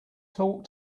talk